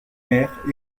maire